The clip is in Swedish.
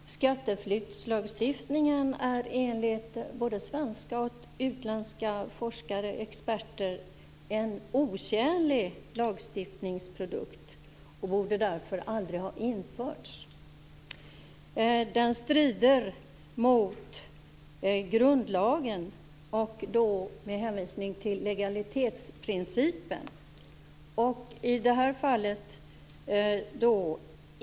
Herr talman! Skatteflyktslagstiftningen är enligt både svenska och utländska forskare och experter en otjänlig lagstiftningsprodukt och borde därför aldrig ha införts. Den strider mot grundlagen och då med hänvisning till legalitetsprincipen.